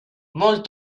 molt